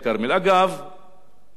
מדובר שם על כ-1,000 בתים,